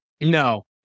No